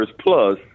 plus